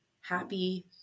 happy